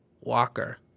Walker